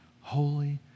holy